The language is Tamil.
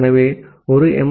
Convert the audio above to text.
ஆகவே 1 எம்